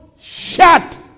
shut